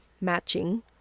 matching